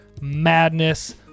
Madness